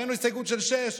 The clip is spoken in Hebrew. הבאנו הסתייגות של שש.